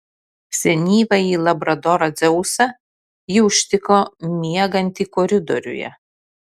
senyvąjį labradorą dzeusą ji užtiko miegantį koridoriuje